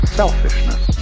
selfishness